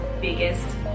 biggest